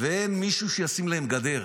ואין מישהו שישים להם גדר,